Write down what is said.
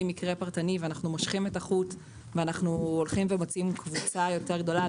מקרה פרטני ואנחנו מושכים את החוט ואנחנו מוצאים קבוצה יותר גדולה,